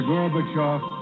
Gorbachev